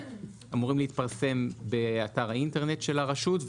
והם אמורים להתפרסם באתר האינטרנט של הרשות,